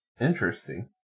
Interesting